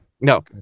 no